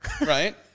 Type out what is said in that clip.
Right